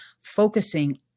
focusing